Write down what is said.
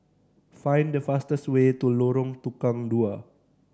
find the fastest way to Lorong Tukang Dua